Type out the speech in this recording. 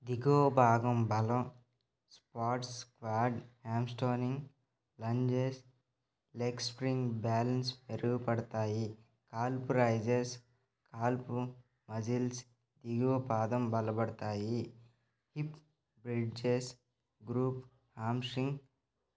దిగువ భాగం బలం squats squat hamstring lunges leg spring balance మెరుగుపడతాయి కాల్పు రైజెస్ కాల్పు మజిల్స్ దిగువ పాదం బలబడతాయి హిప్ బ్రిడ్జెస్ గ్రూప్ హాంస్ట్రింగ్